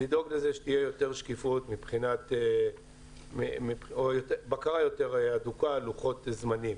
לדאוג לזה שתהיה יותר שקיפות או בקרה יותר הדוקה על לוחות זמנים.